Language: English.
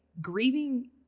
grieving